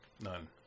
none